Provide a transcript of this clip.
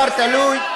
הדבר תלוי,